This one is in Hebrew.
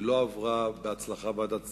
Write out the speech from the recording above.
היא לא עברה בהצלחה ועדת שרים,